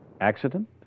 Accident